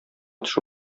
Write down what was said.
төшү